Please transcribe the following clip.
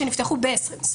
200 שנפתחו ב-2020.